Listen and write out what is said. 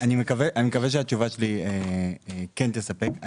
אני מקווה שהתשובה שלי כן תספק.